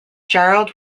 gerald